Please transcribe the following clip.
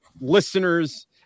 listeners